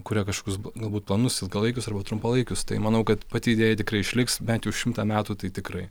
kuria kažkokius galbūt tonus ilgalaikius arba trumpalaikius tai manau kad pati idėja tikrai išliks bent jau šimtą metų tai tikrai